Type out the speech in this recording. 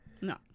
no